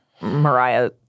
Mariah—